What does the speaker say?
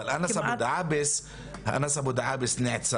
אבל, אנס אבודעבס נעצר